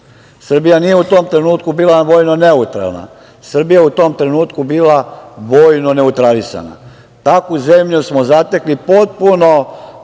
Srbija nije u tom trenutku bila vojno neutralna, Srbija je u tom trenutku bila vojno neutralisana. Takvu zemlju smo zatekli, kuću